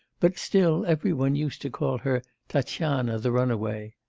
but still every one used to call her tatyana, the runaway.